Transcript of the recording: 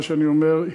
מה שאני אומר,